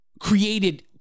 created